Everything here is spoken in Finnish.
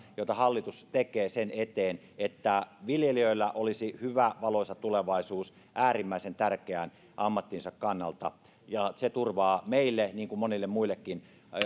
joita hallitus tekee sen eteen että viljelijöillä olisi hyvä valoisa tulevaisuus äärimmäisen tärkeän ammattinsa kannalta se turvaa meille niin kuin monille muillekin